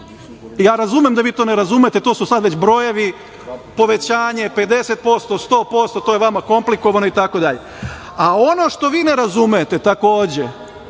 da vi ne razumete, to su sad već brojevi, povećanje 50%, 100%, to je vama komplikovano itd. Ono što vi ne razumete takođe,